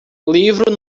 livro